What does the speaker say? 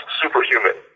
superhuman